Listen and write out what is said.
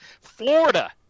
Florida